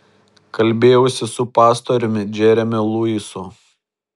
kalbėjausi su pastoriumi džeremiu luisu